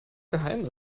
geheim